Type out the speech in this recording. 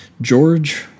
George